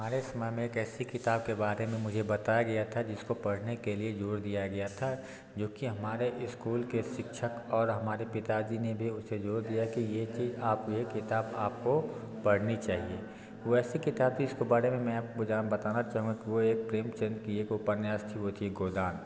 हमारे समय में एक ऐसी किताब के बारे में मुझे बताया गया था जिसको पढ़ने के लिए ज़ोर दिया गया था जो कि हमारे इस्कूल के शिक्षक और हमारे पिताजी ने भी उसे ज़ोर दिया कि ये चीज़ आप ये किताब आपको पढ़नी चाहिए वो ऐसी किताब थी जिसके बारे में मैं आपको ज़रा बताना चाहूँगा कि वो एक प्रेमचंद का एक उपन्यास था वो था गोदान